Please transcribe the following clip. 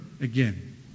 again